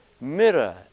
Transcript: mirror